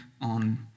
on